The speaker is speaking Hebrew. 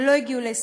ולא הגיעו להישגים,